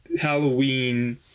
Halloween